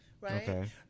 right